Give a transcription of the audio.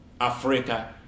Africa